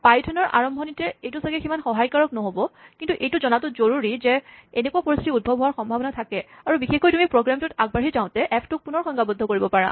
পাইথনৰ আৰম্ভণিতে এইটো চাগে সিমান সহায়কাৰক নহ'ব পাৰে কিন্তু এইটো জনাটো জৰুৰী যে এনেকুৱা পৰিস্হিতি উদ্ভৱ হোৱাৰ সম্ভাৱনা থাকে আৰু বিশেষকৈ তুমি প্ৰগ্ৰেমটোত আগবাঢ়ি যাওতে এফ টোক পুণৰ সংজ্ঞাবদ্ধ কৰিব পাৰিবা